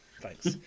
Thanks